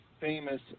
famous